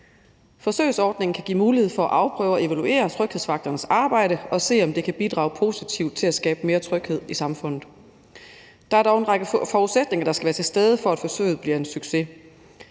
Forsøgsordningen kan give mulighed for at afprøve og evaluere tryghedsvagternes arbejde og se, om det kan bidrage positivt til at skabe mere tryghed i samfundet. Der er dog en række forudsætninger, der skal være til stede, for at forsøget bliver en succes,